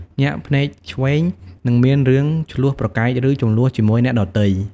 ញាក់ភ្នែកឆ្វេង នឹងមានរឿងឈ្លោះប្រកែក ឬជម្លោះជាមួយអ្នកដទៃ។